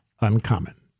Uncommon